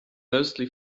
mostly